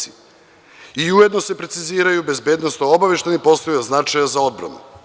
Ujedno se i preciziraju bezbednosno obaveštajni poslovi od značaja za odbranu.